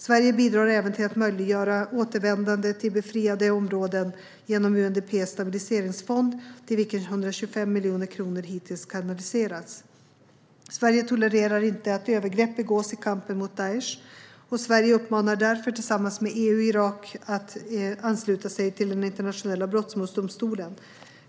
Sverige bidrar även till att möjliggöra återvändande till befriade områden genom UNDP:s stabiliseringsfond , till vilken 125 miljoner kronor hittills kanaliserats. Sverige tolererar inte att övergrepp begås i kampen mot Daish, och Sverige uppmanar därför, tillsammans med EU, Irak att ansluta sig till den internationella brottmålsdomstolen .